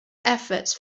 efforts